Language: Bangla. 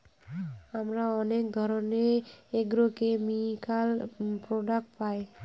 আমরা অনেক ধরনের এগ্রোকেমিকাল প্রডাক্ট পায়